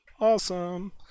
Awesome